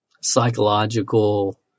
psychological